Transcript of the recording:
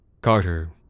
Carter